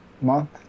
month